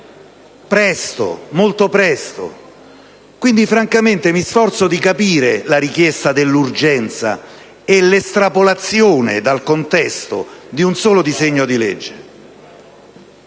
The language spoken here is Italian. in Aula molto presto. Quindi, francamente mi sforzo di capire la richiesta dell'urgenza e l'estrapolazione dal contesto di un solo disegno di legge;